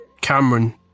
Cameron